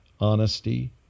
honesty